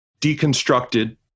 deconstructed